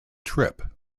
trip